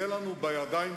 הרבה.